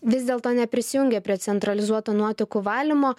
vis dėlto neprisijungė prie centralizuoto nuotekų valymo